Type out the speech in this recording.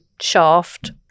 shaft